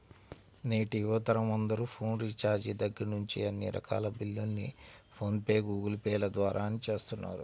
నేటి యువతరం అందరూ ఫోన్ రీఛార్జి దగ్గర్నుంచి అన్ని రకాల బిల్లుల్ని ఫోన్ పే, గూగుల్ పే ల ద్వారానే చేస్తున్నారు